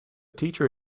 teacher